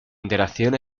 interacción